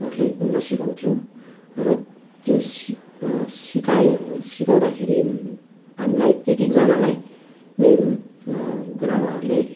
हरूले बुन्न सिकाउँथ्यो र त्यो सि सिकायो सिकाउँदाखेरि हामीलाई एक एकजनालाई नै गुरुआमाहरूले